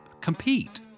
compete